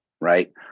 right